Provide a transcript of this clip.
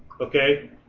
Okay